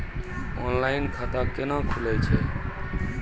Online खाता केना खुलै छै?